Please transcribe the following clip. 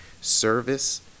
Service